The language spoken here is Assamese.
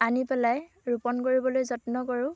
আনি পেলাই ৰোপণ কৰিবলৈ যত্ন কৰোঁ